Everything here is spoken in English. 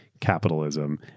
capitalism